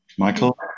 Michael